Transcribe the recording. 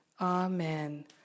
Amen